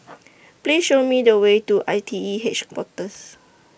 Please Show Me The Way to I T E